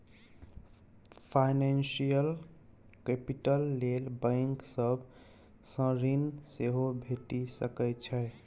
financial capital लेल bank सब सँ ऋण सेहो भेटि सकै छै